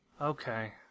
Okay